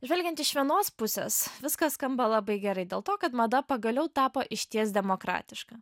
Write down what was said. žvelgiant iš vienos pusės viskas skamba labai gerai dėl to kad mada pagaliau tapo išties demokratiška